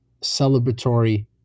celebratory